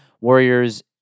Warriors